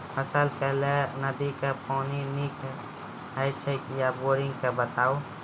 फसलक लेल नदी के पानि नीक हे छै या बोरिंग के बताऊ?